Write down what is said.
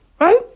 right